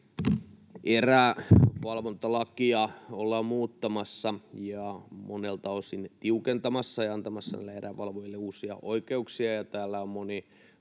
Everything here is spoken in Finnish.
erävalvontalakia ollaan muuttamassa ja monelta osin tiukentamassa ja antamassa erävalvojille uusia oikeuksia. Täällä on moni